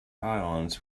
ions